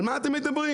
על מה אתם מדברים?